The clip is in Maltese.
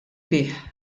bih